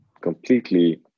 completely